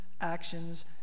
actions